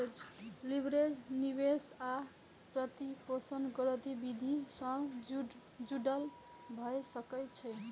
leverage निवेश आ वित्तपोषण गतिविधि सं जुड़ल भए सकै छै